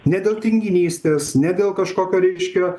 ne dėl tinginystės ne dėl kažkokio reiškia